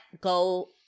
go –